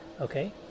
okay